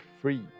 free